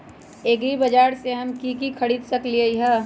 एग्रीबाजार से हम की की खरीद सकलियै ह?